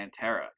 Pantera